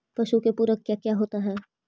पशु के पुरक क्या क्या होता हो?